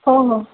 हो हो